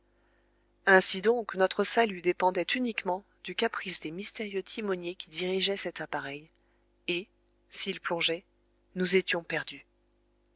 ainsi donc notre salut dépendait uniquement du caprice des mystérieux timoniers qui dirigeaient cet appareil et s'ils plongeaient nous étions perdus